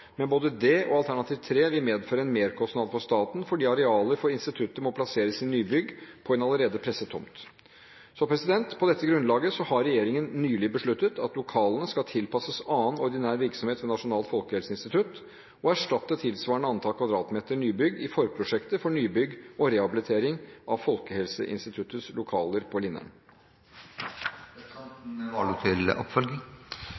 men både det og alternativ 3 vil medføre en merkostnad for staten fordi arealer for instituttet må plasseres i nybygg på en allerede presset tomt. På dette grunnlaget har regjeringen nylig besluttet at lokalene skal tilpasses annen ordinær virksomhet ved Nasjonalt folkehelseinstitutt, og erstatte tilsvarende antall kvadratmeter nybygg i forprosjektet for nybygg og rehabilitering av Folkehelseinstituttets lokaler på